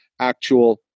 actual